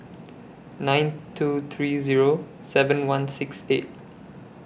nine two three Zero seven one six eight